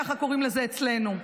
ככה קוראים לזה אצלנו.